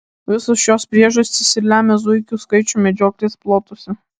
visos šios priežastys ir lemia zuikių skaičių medžioklės plotuose